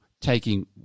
taking